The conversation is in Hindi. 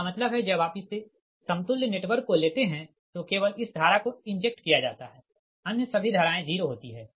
इसका मतलब है जब आप इस समतुल्य नेटवर्क को लेते हैं तो केवल इस धारा को इंजेक्ट किया जाता है अन्य सभी धाराएँ 0 होती है